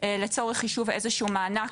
לצורך חישוב איזה שהוא מענק,